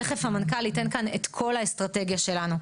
תכף המנכ"ל ייתן כאן את כל האסטרטגיה שלנו.